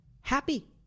happy